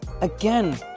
again